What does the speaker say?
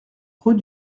rue